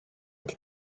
wedi